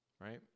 Right